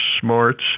smarts